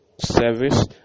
Service